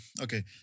Okay